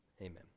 Amen